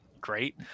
great